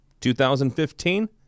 2015